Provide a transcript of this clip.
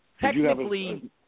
Technically